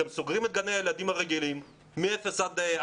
אתם סוגרים את גני הילדים הרגילים בגילאים 0 6,